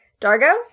Dargo